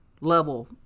level